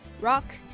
rock